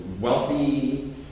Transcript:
wealthy